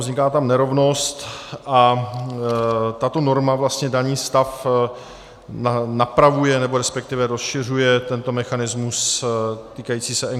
Vzniká tam nerovnost a tato norma daný stav napravuje, nebo respektive rozšiřuje tento mechanismus týkající se NKÚ.